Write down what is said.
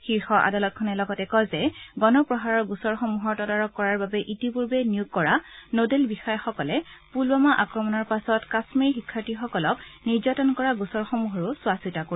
শীৰ্ষ আদালতখনে লগতে কয় যে গণ প্ৰহাৰৰ গোচৰসমূহৰ তদাৰক কৰাৰ বাবে ইতিপূৰ্বে নিয়োগ কৰা নডেল বিষয়াসকলে পুলৱামা আক্ৰমণৰ পাছত কাশ্মিৰী শিক্ষাৰ্থীসকলক নিৰ্যাতন কৰা গোচৰসমূহৰো চোৱা চিতা কৰিব